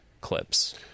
clips